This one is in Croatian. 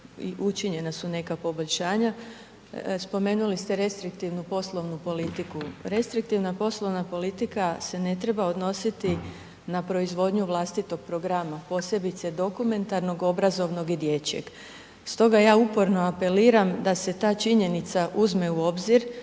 učinjena su neka poboljšanja, spomenuli ste restriktivnu poslovnu politiku. Restriktivna poslovna politika se ne treba odnositi na proizvodnju vlastitog programa, posebice dokumentarnog, obrazovnog i dječjeg, stoga ja uporno apeliram da se ta činjenica uzme u obzir